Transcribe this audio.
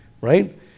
right